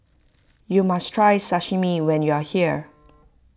you must try Sashimi when you are here